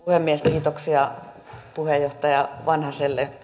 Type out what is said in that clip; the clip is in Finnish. kiitoksia puheenjohtaja vanhaselle